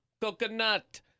Coconut